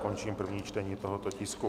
Končím první čtení tohoto tisku.